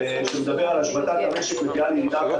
כי כל הדברים האלה משחקים פקטור פה.